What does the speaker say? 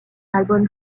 album